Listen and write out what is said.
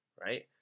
right